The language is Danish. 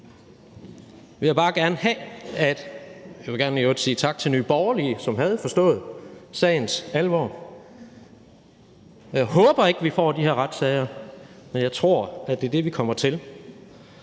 Jeg vil i øvrigt gerne sige tak til Nye Borgerlige, som har forstået sagens alvor, og jeg håber ikke, at vi får de her retssager, men jeg tror, at det er det, vi kommer til,